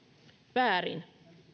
väärin